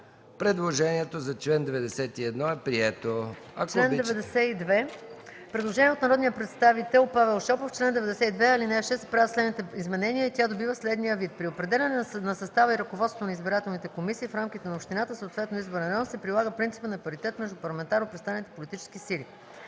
Предложението за чл. 91 е прието.